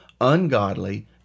ungodly